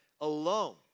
alone